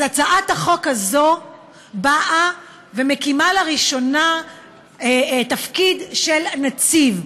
אז הצעת החוק הזאת באה ומקימה לראשונה תפקיד של נציב,